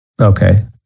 okay